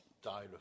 style